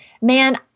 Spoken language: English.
man